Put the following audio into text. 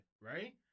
right